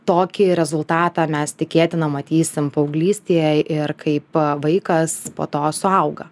tokį rezultatą mes tikėtina matysim paauglystėje ir kaip vaikas po to suauga